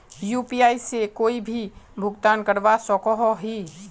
UPI से कोई भी भुगतान करवा सकोहो ही?